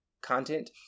content